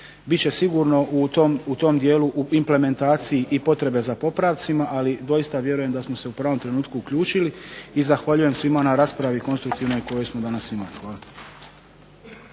će sigurno u tom dijelu u implementaciji i potrebe za popravcima, ali doista vjerujem da smo se u pravom trenutku uključili i zahvaljujem svima na raspravi konstruktivnoj koju smo danas imali. Hvala.